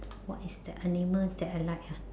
what is the animals that I like ah